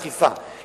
אכיפה,